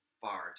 far